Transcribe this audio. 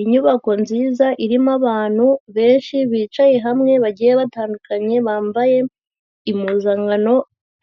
Inyubako nziza irimo abantu benshi bicaye hamwe bagiye batandukanye bambaye impuzankano